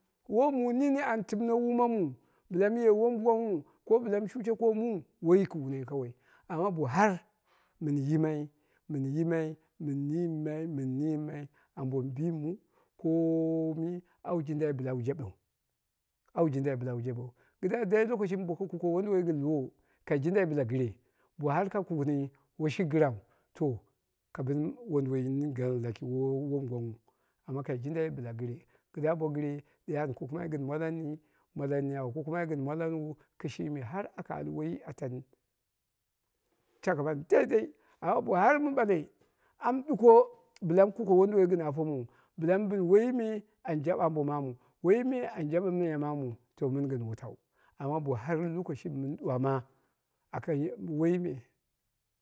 Woi mu nini an timme wuumamuu bɨlaye wom gwangnghu ko bɨla mɨ shushe komuu, woi yokiu ne kawai, amma bo har mɨn yimai, mɨn yimai, mɨn niimai, mɨn niimai, ambo bimu ko mi au jindai bɨlau jaɓeu, au jindai bɨlau jaɓeu kɨdda dai lokacin mɨ bo kuke wonduwoi ko lowo kai jindai bɨla kɨye, bo har ka kukuni woishi gɨrau, to ka bɨni wonduwoi nini gana laki ka bɨni woi won gwangnghu amma kai jindai bɨla gɨre kɨdda ba gɨre ɗe an kukumai ɣin mwalan, mwalani, au kukumai gɨn mwalan mwalani au kukumai gɨn mwalan wa kɨshimi har aka al woiyi atani, shaka mani dai dai amma bo har mɨ ɓale am ɗuko bɨla mɨ kuke wonduwoi apomuu bɨla mɨ bɨni woiyi me an jaɓe ambo maamu, woiyi, an jaɓe miya maamu to mɨn gɨn wutau amma bo har lokacim mɨn ɗuwama, aka ye woiyi me